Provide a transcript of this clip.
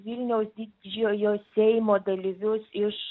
vilniaus didžiojo seimo dalyvius iš